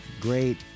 great